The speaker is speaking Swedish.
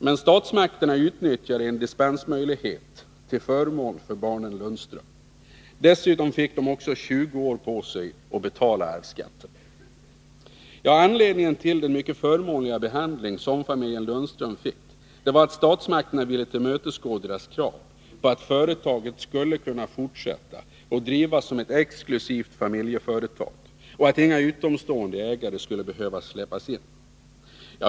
Men statsmakterna utnyttjade en dispensmöjlighet till förmån för barnen Lundström. Dessutom fick de 20 år på sig att betala arvsskatten. Anledningen till den mycket förmånliga behandling som familjen Lundström fick var att statsmakterna ville tillmötesgå deras krav på att företaget skulle kunna fortsätta att drivas som ett exklusivt familjeföretag, och att inga utomstående ägare skulle behöva släppas in.